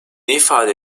ifade